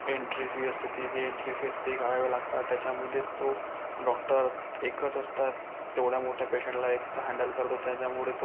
entry fee असते ती जी एन्ट्री फी असते ते काढावे लागतात त्याच्यामध्येच तो डॉक्टर एकच असतात तेवढ्या मोठ्या पेशंटला एकटा हँडल करतो त्याच्यामुळे तो